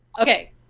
Okay